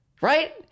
right